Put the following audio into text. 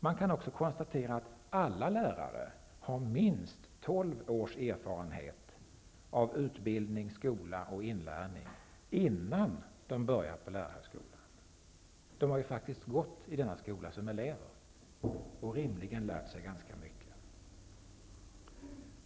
Man kan också konstatera att alla lärare har minst 12 års erfarenhet av utbildning, skola och inlärning innan de börjar på lärarhögskolan. De har ju gått i skolan som elever och rimligen lärt sig ganska mycket.